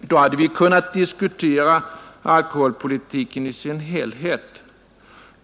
Då hade vi kunnat diskutera alkoholpolitiken i dess helhet.